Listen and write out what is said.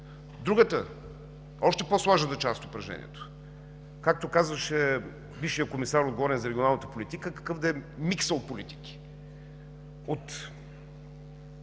Другата, още по-сложната част от упражнението. Както казваше бившият комисар, отговорен за регионалната политика, „какъв да е миксът от политики”,